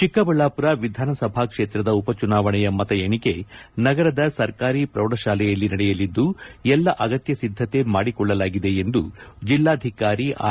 ಚಿಕ್ಕಬಳ್ಳಾಪುರ ವಿಧಾನಸಭಾ ಕ್ಷೇತ್ರದ ಉಪಚುನಾವಣೆಯ ಮತ ಎಣಿಕೆ ನಗರದ ಸರ್ಕಾರಿ ಪೌಢಶಾಲೆಯಲ್ಲಿ ನಡೆಯಲಿದ್ದು ಎಲ್ಲಾ ಅಗತ್ತ ಸಿದ್ದತೆ ಮಾಡಿಕೊಳ್ಳಲಾಗಿದೆ ಎಂದು ಜಿಲ್ಲಾಧಿಕಾರಿ ಆರ್